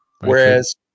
Whereas